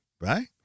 right